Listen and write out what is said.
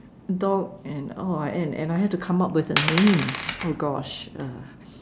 dog and oh I and and I have to come up with a name oh gosh uh